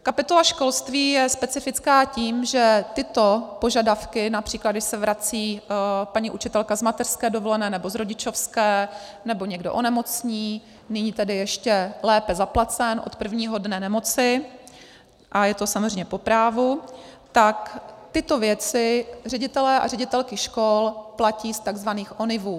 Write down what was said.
Kapitola školství je specifická tím, že tyto požadavky například, když se vrací paní učitelka z mateřské dovolené, nebo z rodičovské, nebo někdo onemocní, nyní tedy ještě lépe zaplacen od prvního dne nemoci, a je to samozřejmě po právu tak tyto věci ředitelé a ředitelky škol platí z takzvaných ONIVů.